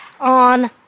on